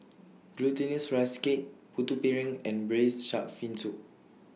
Glutinous Rice Cake Putu Piring and Braised Shark Fin Soup